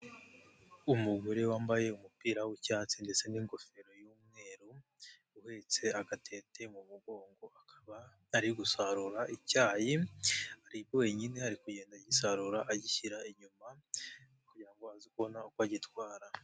Umugore wambaye umupira w'icyatsi ndetse n'ingofero y'umweru, uhetse agatete mu mugongo, akaba ari gusarura icyayi, ari wenyine ari kugenda agisarura agishyira inyuma kugira ngo aze kubona uko agitwara.